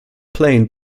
plain